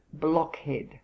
blockhead